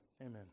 amen